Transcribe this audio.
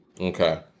Okay